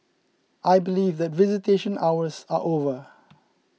I believe that visitation hours are over